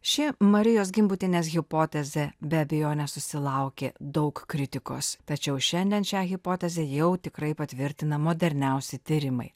ši marijos gimbutienės hipotezė be abejonės susilaukė daug kritikos tačiau šiandien šią hipotezę jau tikrai patvirtina moderniausi tyrimai